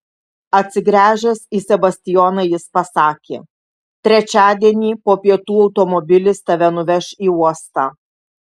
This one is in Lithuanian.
atsigręžęs į sebastijoną jis pasakė trečiadienį po pietų automobilis tave nuveš į uostą